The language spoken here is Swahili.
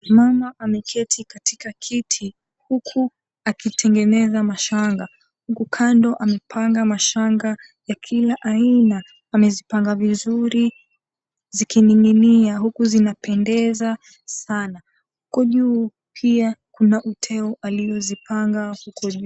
Mama ameketi katika kiti, huku akitengeneza mashanga. Huku kando amepanga mashanga ya kila aina. Amezipanga vizuri, zikining'inia huku zinapendeza sana. Huko juu pia kuna uteo aliozipanga huko juu.